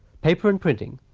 paper and printing,